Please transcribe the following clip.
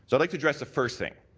so like to address the first thing.